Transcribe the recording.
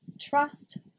trust